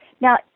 Now